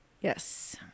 Yes